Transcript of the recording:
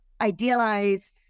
idealized